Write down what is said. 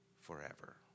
forever